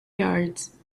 yards